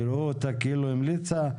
יראו אותה כאילו המליצה"